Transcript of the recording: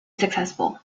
successful